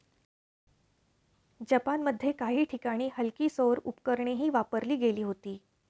जपानमध्ये काही ठिकाणी हलकी सौर उपकरणेही वापरली गेली होती